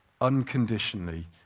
unconditionally